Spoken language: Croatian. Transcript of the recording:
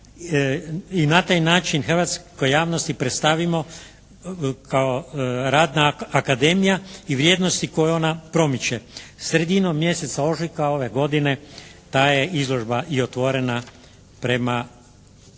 i na taj način hrvatskoj javnosti predstavimo kao radna akademija i vrijednosti koje ona promiče. Sredinom mjeseca ožujka ove godine ta je izložba i otvorena prema saznanjima